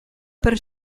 per